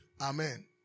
Amen